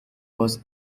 was